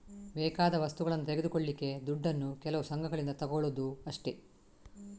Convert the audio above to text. ಬೇಕಾದ ವಸ್ತುಗಳನ್ನ ತೆಗೆದುಕೊಳ್ಳಿಕ್ಕೆ ದುಡ್ಡನ್ನು ಕೆಲವು ಸಂಘಗಳಿಂದ ತಗೊಳ್ಳುದು ಅಷ್ಟೇ